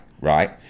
right